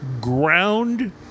ground